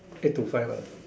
eight to five ah